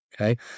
okay